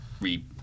re